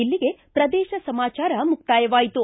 ಇಲ್ಲಿಗೆ ಪ್ರದೇಶ ಸಮಾಚಾರ ಮುಕ್ತಾಯವಾಯಿತು